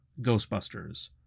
Ghostbusters